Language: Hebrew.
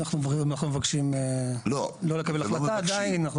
אנחנו מבקשים לא לקבל החלטה עדיין.